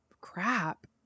Crap